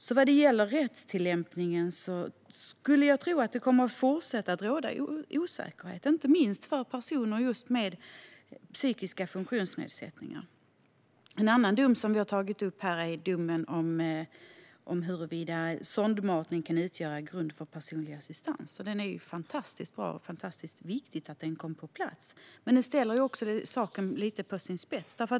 Jag skulle tro att det kommer att fortsätta råda osäkerhet vad gäller rättstillämpningen, inte minst för personer med psykiska funktionsnedsättningar. En annan dom som har tagits upp här handlar om huruvida sondmatning kan utgöra grund för personlig assistans. Det var fantastiskt bra och viktigt att den kom på plats, men den ställer saken lite på sin spets.